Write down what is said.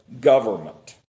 government